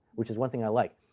which is one thing i like.